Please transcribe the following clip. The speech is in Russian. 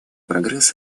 прогресс